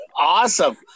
awesome